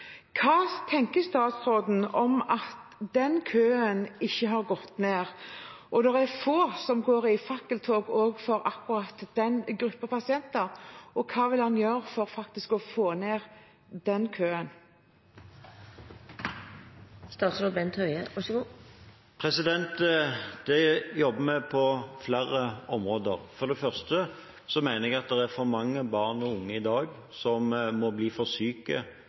Hva tenker statsråden om at den køen ikke har gått ned? Det er få som går i fakkeltog for akkurat den gruppen pasienter. Hva vil han gjøre for å få ned den køen? Der jobber vi på flere områder. For det første mener jeg det er for mange barn og unge i dag som må bli for syke